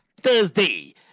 Thursday